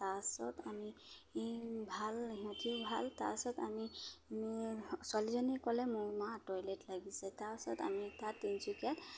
তাৰপাছত আমি ভাল সিহঁতিও ভাল তাৰপাছত আমি ছোৱালীজনীয়ে ক'লে মোৰ মা টয়লেট লাগিছে তাৰপিছত আমি তাত তিনিচুকীয়াত